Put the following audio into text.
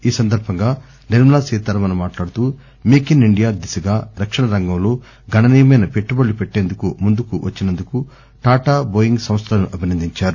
ఈ సందర్భంగా నిర్మ లాసీతారామన్ మాట్లాడుతూ మేక్ ఇన్ ఇండియా దిశగా రక్షణ రంగంలో గణనీయమైన పెట్టుబడులు పెట్లేందుకు ముందుకు వచ్చినందుకు టాటా బోయింగ్ సంస్థలను అభినందించారు